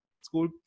school